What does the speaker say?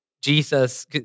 Jesus